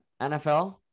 NFL